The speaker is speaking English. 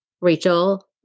Rachel